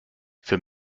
für